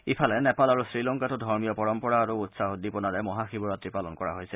ইফালে নেপাল আৰু শ্ৰীলংকাতো ধৰ্মীয় পৰম্পৰা আৰু উৎসাহ উদ্দীপনাৰে মহা শিৱৰাত্ৰি পালন কৰা হৈছে